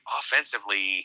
offensively